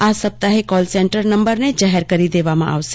આ સપ્તાહે call centre નંબરને જાહેર કરી દેવામાં આવશે